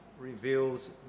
Reveals